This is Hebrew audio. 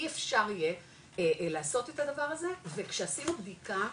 אי אפשר יהיה לעשות את הדבר הזה וכשעשינו בדיקה,